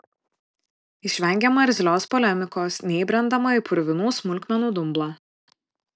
išvengiama irzlios polemikos neįbrendama į purvinų smulkmenų dumblą